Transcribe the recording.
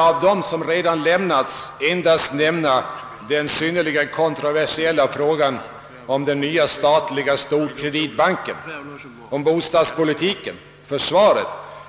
Av dem som redan lämnats skall jag endast nämna den synnerligen kontroversiella frågan om den nya statliga storkreditbanken, bostadspolitiken, försvaret,